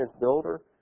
builder